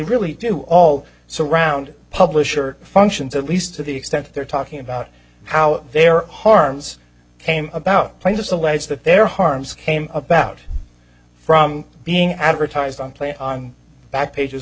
really do all surround publisher functions at least to the extent they're talking about how they are harms came about plaintiffs allege that their harms came about from being advertised on playing on back pages